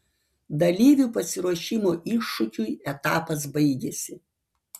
dalyvių pasiruošimo iššūkiui etapas baigiasi